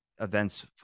events